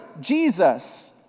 Jesus